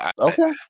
okay